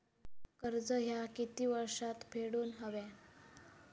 कर्ज ह्या किती वर्षात फेडून हव्या?